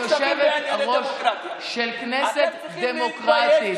אני יושבת-ראש של כנסת דמוקרטית.